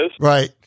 Right